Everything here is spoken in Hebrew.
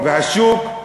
אתה רואה-חשבון.